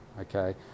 okay